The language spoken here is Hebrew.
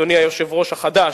ומתנגד, אדוני היושב-ראש החדש,